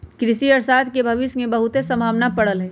कृषि अर्थशास्त्र में भविश के बहुते संभावना पड़ल हइ